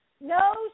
No